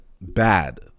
bad